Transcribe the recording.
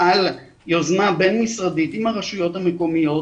על יוזמה בין-משרדית עם הרשויות המקומיות,